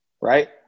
right